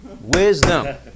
Wisdom